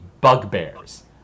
bugbears